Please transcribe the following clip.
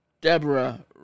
Deborah